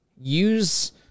use